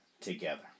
together